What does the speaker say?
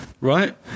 right